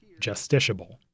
justiciable